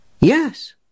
Yes